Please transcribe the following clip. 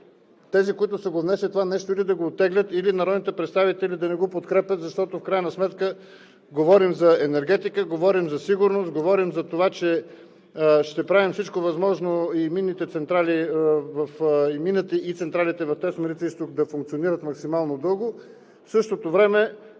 тези, които са внесли това нещо, или да го оттеглят, или народните представители да не го подкрепят, защото в крайна сметка говорим за енергетика, говорим за сигурност, говорим за това, че ще правим всичко възможно и мините, и централите в „ТЕЦ Марица изток“ да функционират максимално дълго, в същото време